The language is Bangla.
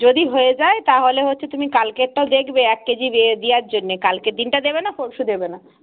যদি হয়ে যায় তাহলে হচ্ছে তুমি কালকেরটা দেখবে এক কেজি দেয়ার জন্যে কালকের দিনটা দেবে না পরশু দেবে না